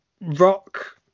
rock